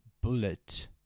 bullet